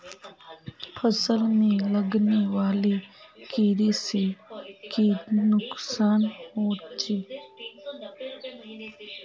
फसल में लगने वाले कीड़े से की नुकसान होचे?